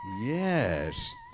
Yes